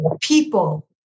People